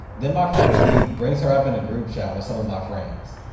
then my friend d brings her up in a group chat with some of my friends.